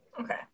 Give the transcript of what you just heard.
Okay